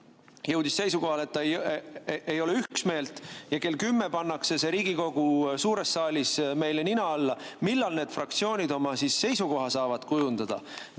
jõudis seisukohale, et ei ole üksmeelt, ja kell kümme pannakse see Riigikogu suures saalis meile nina alla. Millal need fraktsioonid siis oma seisukoha saavad kujundada?